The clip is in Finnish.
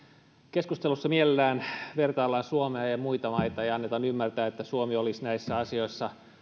keskustelussa mielellään vertaillaan suomea ja ja muita maita ja annetaan ymmärtää että suomi olisi näissä asioissa